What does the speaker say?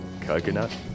coconut